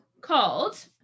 called